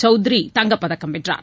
சவுத்ரி தங்கப்பதக்கம் வென்றார்